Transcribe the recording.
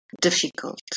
difficult